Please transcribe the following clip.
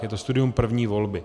Je to studium první volby.